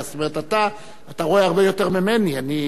אני שמעתי כמה תוכניות שאני לא הספקתי לראות אותן.